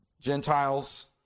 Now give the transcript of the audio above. Gentiles